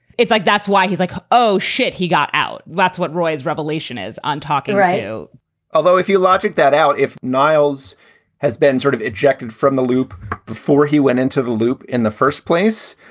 it's like that's why he's like, oh, shit, he got out. that's what roy's revelation is on talking radio although if you logic that out, if niles has been sort of ejected from the loop before he went into the loop in the first place,